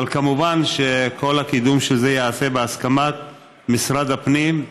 אבל כמובן כל הקידום של זה ייעשה בהסכמת משרד הפנים.